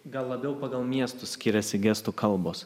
gal labiau pagal miestus skiriasi gestų kalbos